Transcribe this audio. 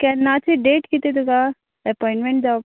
केन्नाची date कितें तुका एपॉयणमण जाव